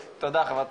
קודם כל אנחנו בהחלט